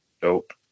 dope